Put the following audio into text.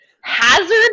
hazard